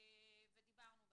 ודיברנו בהם.